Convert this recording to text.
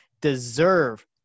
deserve